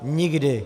Nikdy!